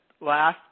last